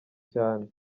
cyane